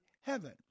heaven